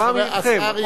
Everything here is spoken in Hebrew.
מאתכם.